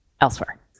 elsewhere